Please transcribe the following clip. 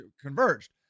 converged